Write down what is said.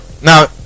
now